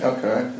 Okay